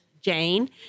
Jane